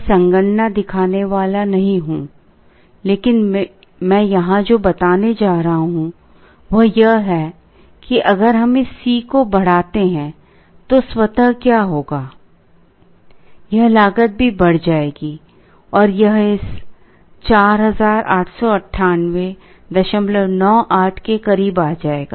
मैं संगणना दिखाने वाला नहीं हूं लेकिन मैं यहां जो बताने जा रहा हूं वह यह है कि अगर हम इस C को बढ़ाते हैं तो स्वतः क्या होगा यह लागत भी बढ़ जाएगी और यह इस 489898 के करीब आ जाएगा